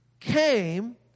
came